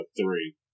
three